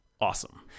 awesome